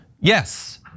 Yes